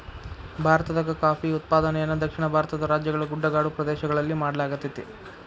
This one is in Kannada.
ಭಾರತದಾಗ ಕಾಫಿ ಉತ್ಪಾದನೆಯನ್ನ ದಕ್ಷಿಣ ಭಾರತದ ರಾಜ್ಯಗಳ ಗುಡ್ಡಗಾಡು ಪ್ರದೇಶಗಳಲ್ಲಿ ಮಾಡ್ಲಾಗತೇತಿ